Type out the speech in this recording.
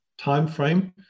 timeframe